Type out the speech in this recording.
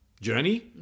journey